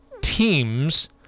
teams